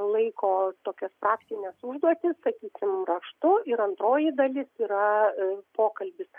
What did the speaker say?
laiko tokias praktines užduotis sakysim raštu ir antroji dalis yra pokalbis